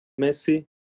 messi